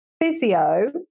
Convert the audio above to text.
physio